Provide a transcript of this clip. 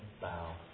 bow